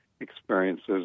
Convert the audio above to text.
experiences